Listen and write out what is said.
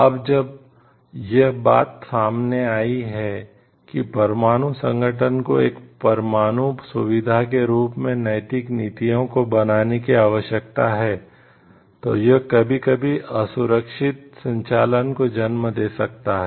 अब जब यह बात सामने आई है कि परमाणु संगठन को एक परमाणु सुविधा के रूप में नैतिक नीतियों को बनाने की आवश्यकता है तो यह कभी कभी असुरक्षित संचालन को जन्म दे सकता है